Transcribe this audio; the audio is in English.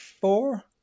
four